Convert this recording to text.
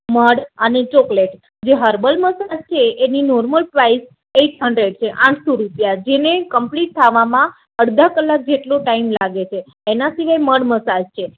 mud અને chocolate જે herbal massage છે એની નોર્મલ પ્રાઇસ એઇટ હંડરેડ છે આઠસો રૂપિયા જેને કંપ્લીટ થવામાં અડધા કલાક જેટલો ટાઇમ લાગે છે એના સિવાય મડ મસાજ છે